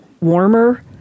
warmer